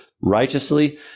righteously